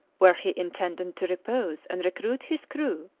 where he intended to repose and recruit his crew,